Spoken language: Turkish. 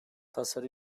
tasarı